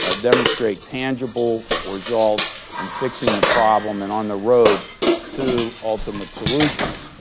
ah demonstrate tangible results in fixing the problem and on the road to ultimate solutions.